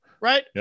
Right